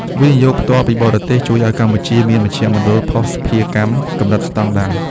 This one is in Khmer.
វិនិយោគផ្ទាល់ពីបរទេស ជួយឱ្យកម្ពុជាមាន "មជ្ឈមណ្ឌលភស្តុភារកម្ម"កម្រិតស្តង់ដារ។